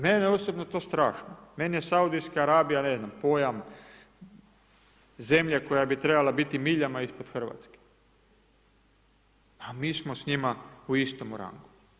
Mene osobno to strašno, meni je Saudijska Arabija pojam zemlje koja bi trebala biti miljama ispod Hrvatske, a mi smo s njima u istom rangu.